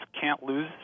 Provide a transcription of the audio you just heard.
can't-lose